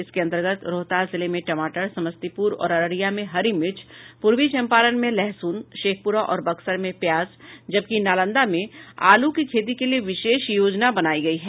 इसके अंतर्गत रोहतास जिले में टमाटर समस्तीपुर और अररिया में हरी मिर्च पूर्वी चंपारण में लहसून शेखपुरा और बक्सर में प्याज जबकि नालंदा में आलू की खेती के लिए विशेष योजना बनायी गयी है